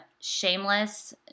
Shameless